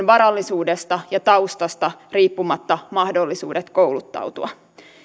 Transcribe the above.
varallisuudesta ja taustasta riippumatta mahdollisuudet kouluttautua